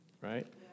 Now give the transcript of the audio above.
right